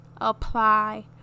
apply